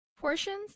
Portions